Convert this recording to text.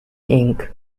ink